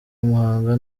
muhanga